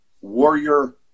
warrior